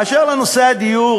באשר לנושא הדיור,